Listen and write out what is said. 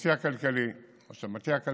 יועצי הכלכלי, ראש המטה הכלכלי,